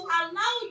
allow